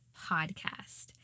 podcast